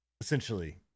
essentially